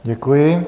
Děkuji.